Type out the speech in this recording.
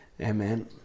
Amen